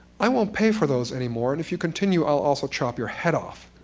i won't pay for those anymore, and if you continue, i'll also chop your head off.